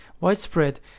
widespread